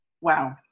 Wow